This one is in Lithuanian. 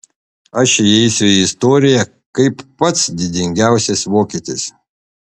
aš įeisiu į istoriją kaip pats didingiausias vokietis